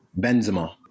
Benzema